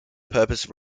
purpose